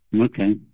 Okay